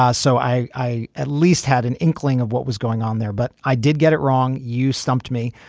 ah so i i at least had an inkling of what was going on there but i did get it wrong. you stumped me.